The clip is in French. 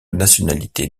nationalité